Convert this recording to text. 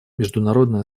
международное